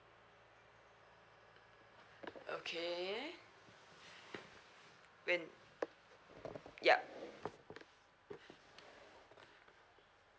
okay when yup